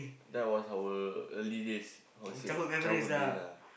that was our early days I would say childhood days ah